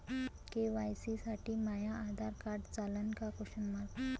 KYC साठी माह्य Aadhaar card चालन का?